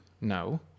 No